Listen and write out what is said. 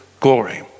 glory